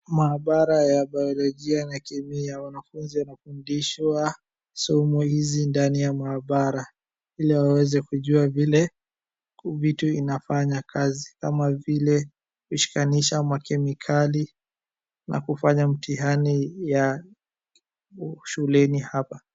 Maabara ya baolojia na kemia, wanafunzi wanafundishwa somo hizi ndani ya maabara ili waweze kujua vile vitu inafanya kazi kama vile kushikanisha makemikali na kufanya mtihani ya shuleni hapa.